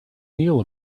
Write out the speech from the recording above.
neal